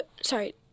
sorry